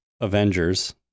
Avengers